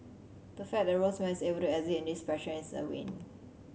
the fact that Rosemary is exit in this fashion is a win